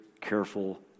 careful